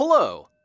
Hello